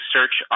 Search